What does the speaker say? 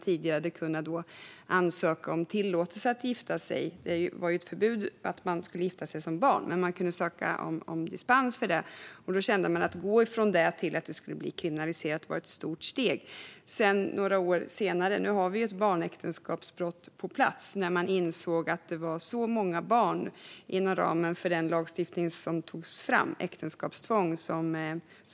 Tidigare var det möjligt att ansöka om tillåtelse att gifta sig. Det fanns ett förbud mot att gifta sig som barn, men det gick att söka dispens. Man kände då att det var ett stort steg att gå från det till att det skulle bli kriminaliserat. Nu, några år senare, har vi ett barnäktenskapsbrott på plats. Man insåg att många barn var berörda av den lagstiftning som togs fram, äktenskapstvång.